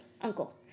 uncle